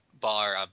bar